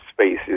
spaces